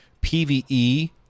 PvE